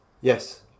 yes